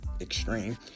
extreme